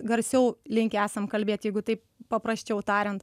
garsiau linkę esam kalbėt jeigu taip paprasčiau tariant